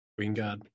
Wingard